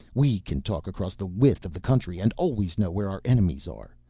we can talk across the width of the country and always know where our enemies are.